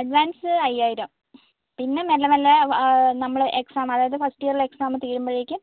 advance അയ്യായിരം പിന്നെ മെല്ലെ മെല്ലെ നമ്മൾ എക്സാം അതായത് ഫസ്റ്റ് ഇയറിലെ എക്സാം തീരുമ്പോഴേക്കും